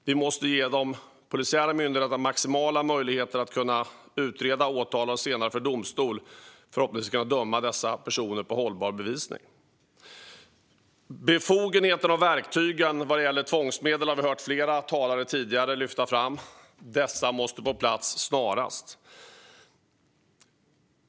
Vi måste ge de polisiära myndigheterna maximala möjligheter att utreda, åtala och senare i domstol förhoppningsvis döma dessa personer på hållbar bevisning. Befogenheterna och verktygen vad gäller tvångsmedel har vi hört flera talare lyfta fram. Dessa måste på plats snarast.